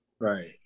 Right